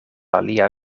alia